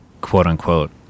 quote-unquote